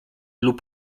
lub